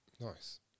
nice